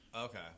Okay